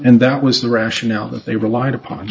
and that was the rationale that they relied upon